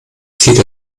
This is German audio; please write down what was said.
zieht